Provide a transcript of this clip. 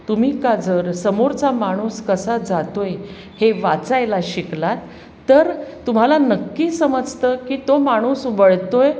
तुम्ही का जर समोरचा माणूस कसा जातो आहे हे वाचायला शिकलात तर तुम्हाला नक्की समजतं की तो माणूस वळतो आहे